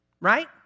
right